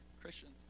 Christians